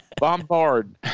bombard